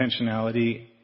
intentionality